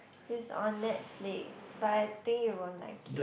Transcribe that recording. it's on Netflix but I think you won't like it